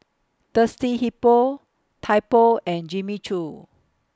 Thirsty Hippo Typo and Jimmy Choo